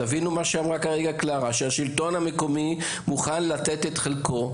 תבינו את מה שקלרה אמרה כרגע: שהשלטון המקומי מוכן לתת את חלקו,